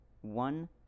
one